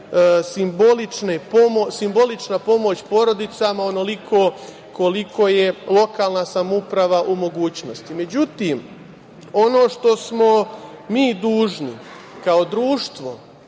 simbolična pomoć porodicama onoliko koliko je lokalna samouprava u mogućnosti.Međutim, ono što smo mi dužni, kao društvo,